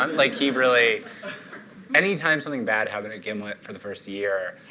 um like, he really any time something bad happened at gimlet for the first year,